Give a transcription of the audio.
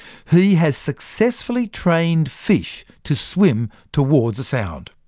he has successfully trained fish to swim towards a sound.